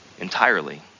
entirely